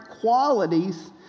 qualities